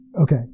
okay